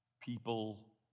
people